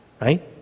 Right